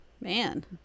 man